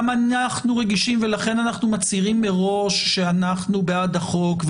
גם אנחנו רגישים ולכן אנחנו מצהירים מראש שאנחנו בעד החוק.